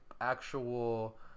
actual